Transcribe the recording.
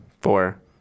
Four